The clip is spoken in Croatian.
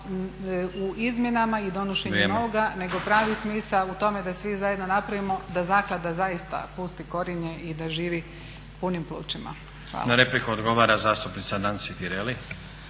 u izmjenama i donošenju novoga, nego pravi smisao je u tome da svi zajedno napravimo da zaklada zaista pusti korijenje i da živi punim plućima. Hvala. **Stazić, Nenad (SDP)** Na repliku odgovara zastupnica Nansi Tireli.